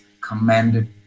commanded